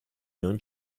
non